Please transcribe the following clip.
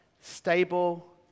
stable